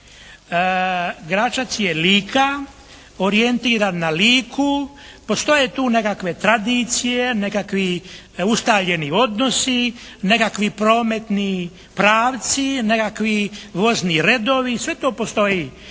Gračac je Lika, orijentira na Liku, postoje tu nekakve tradicije, nekakvi ustaljeni odnosi, nekakvi prometni pravci, nekakvi vozni redovi, sve to postoji.